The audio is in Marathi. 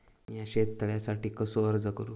मीया शेत तळ्यासाठी कसो अर्ज करू?